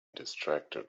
distracted